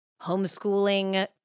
homeschooling